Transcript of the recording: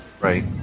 Right